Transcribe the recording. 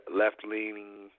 left-leaning